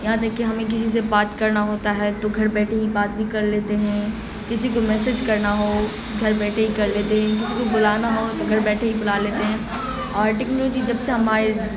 یہاں تک کہ ہمیں کسی سے بات کرنا ہوتا ہے تو گھر بیٹھے ہی بات بھی کر لیتے ہیں کسی کو میسیج کرنا ہو گھر بیٹھے ہی کر لیتے ہیں کسی کو بلانا ہو تو گھر بیٹھے ہی بلا لیتے ہیں اور ٹیکنالوجی جب سے ہمارے